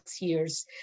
years